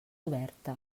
oberta